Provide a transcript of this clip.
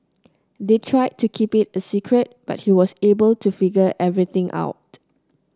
they tried to keep it a secret but he was able to figure everything out